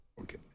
okay